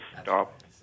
stop